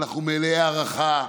אנחנו מלאי הערכה.